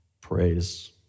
praise